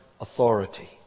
authority